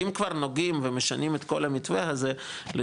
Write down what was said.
אם כבר נוגעים ומשנים את כל המתווה אז לדעתי,